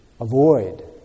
avoid